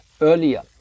earlier